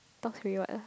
top three what ah